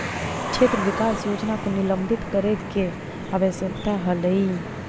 क्षेत्र विकास योजना को निलंबित करे के आवश्यकता हलइ